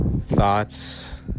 thoughts